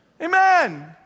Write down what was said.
Amen